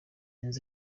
nzu